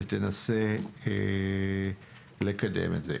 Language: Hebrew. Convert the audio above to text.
וננסה לקדם את זה.